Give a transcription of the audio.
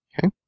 Okay